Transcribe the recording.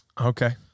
Okay